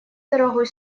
дорогой